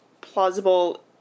plausible